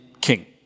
King